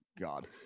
god